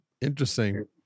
Interesting